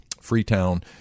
Freetown